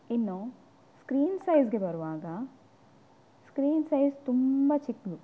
ಇನ್ನು ಸ್ಕ್ರೀನ್ ಸೈಜ್ಗೆ ಬರುವಾಗ ಸ್ಕ್ರೀನ್ ಸೈಜ್ ತುಂಬ ಚಿಕ್ಕದು